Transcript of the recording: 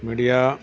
media